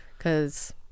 Cause